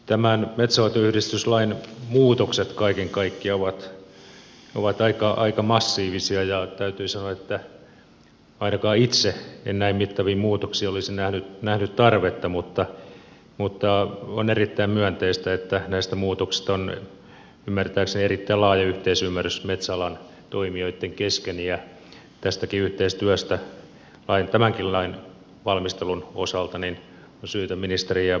tämän metsänhoitoyhdistyslain muutokset kaiken kaikkiaan ovat aika massiivisia ja täytyy sanoa että ainakaan itse en näin mittaviin muutoksiin olisi nähnyt tarvetta mutta on erittäin myönteistä että näistä muutoksista on ymmärtääkseni erittäin laaja yhteisymmärrys metsäalan toimijoitten kesken ja tästäkin yhteistyöstä tai tämänkin lain valmistelun osalta on syytä ministeriä kiittää